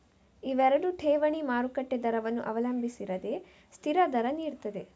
ಇವೆರಡು ಠೇವಣಿ ಮಾರುಕಟ್ಟೆ ದರವನ್ನ ಅವಲಂಬಿಸಿರದೆ ಸ್ಥಿರ ದರ ನೀಡ್ತದೆ